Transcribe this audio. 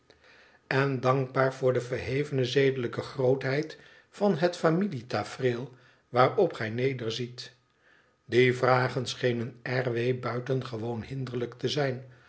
en dankbaar voor de verhevene zedelijke grootheid van het familietafereel waarop gij nederziet die vragen schenen r w buitengewoon hinderlijk te zijn